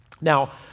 Now